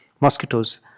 Mosquitoes